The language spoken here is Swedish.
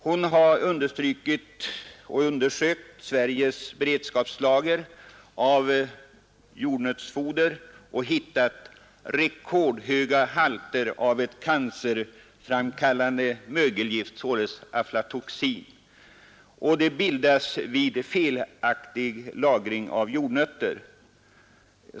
Hon har, undersökt Sveriges beredskapslager av jordnötsfoder och hittat rekordhöga halter av ett cancerframkallande mögelgift, aflatoxin, som bildas vid felaktig lagring av jordnötter.